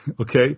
okay